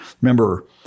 Remember